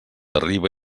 arriba